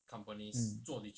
mm